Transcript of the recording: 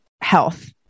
health